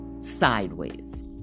sideways